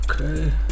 Okay